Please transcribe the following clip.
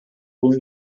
bunun